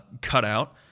cutout